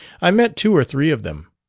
i met two or three of them.